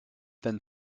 then